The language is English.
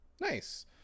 nice